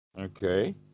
Okay